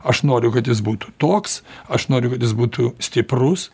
aš noriu kad jis būtų toks aš noriu kad jis būtų stiprus